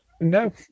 no